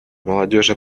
молодежи